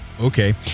okay